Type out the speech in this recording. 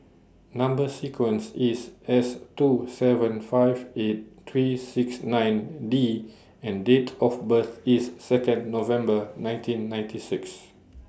Number sequence IS S two seven five eight three six nine D and Date of birth IS Second November nineteen ninety six